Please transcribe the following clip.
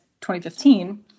2015